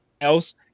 else